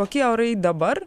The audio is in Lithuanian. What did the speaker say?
kokie orai dabar